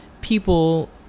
people